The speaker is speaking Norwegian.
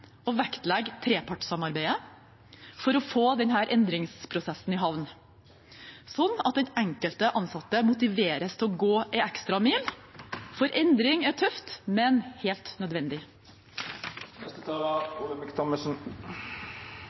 å vektlegge trepartssamarbeidet for å få denne endringsprosessen i havn, slik at den enkelte ansatte motiveres til å gå en ekstra mil. For endring er tøft, men helt